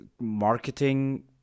marketing